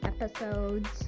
episodes